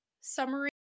summary